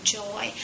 joy